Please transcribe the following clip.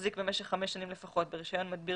ומחזיק במשך חמש שנים לפחות ברישיון מדביר